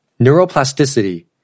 Neuroplasticity